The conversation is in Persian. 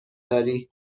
داری